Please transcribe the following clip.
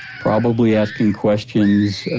probably asking questions